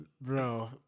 Bro